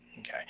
Okay